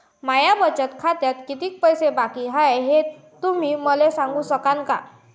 माया बचत खात्यात कितीक पैसे बाकी हाय, हे तुम्ही मले सांगू सकानं का?